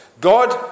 God